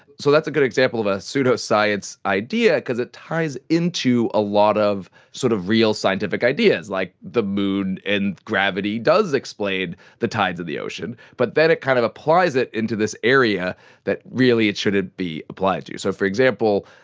so that's a good example of a pseudoscience idea because it ties into a lot of sort of real scientific ideas, like the moon and gravity does explain the tides of the ocean, but then it kind of applies into this area that really it shouldn't be applied to. so, for example,